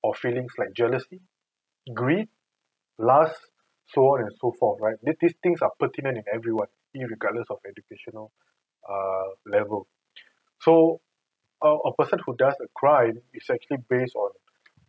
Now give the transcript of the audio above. of feelings like jealously greed lust so on and so forth right did these things are pertinent in everyone irregardless of educational err level so a person who does a crime is actually based on